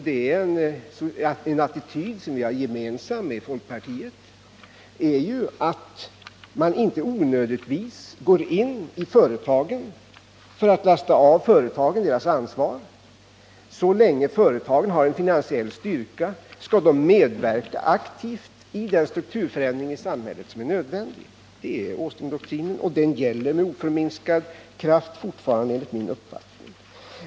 Den attityd som vi har gemensamt med folkpartiet är ju att man inte onödigtvis går in i företagen för att lasta av dem deras ansvar. Så länge företagen haren finansiell styrka skall de medverka aktivt i den strukturförändring i samhället som är nödvändig. Det är Åslingdoktrinen, och den bör fortfarande gälla med oförminskad kraft, enligt min uppfattning.